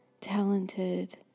talented